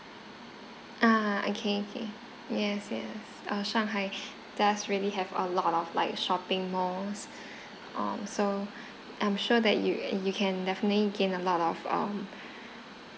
ah okay okay yes yes uh shanghai does really have a lot of like shopping malls um so I'm sure that you you can definitely gain a lot of um